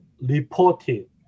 reported